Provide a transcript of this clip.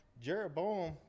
Jeroboam